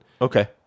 Okay